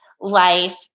life